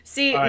See